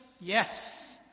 Yes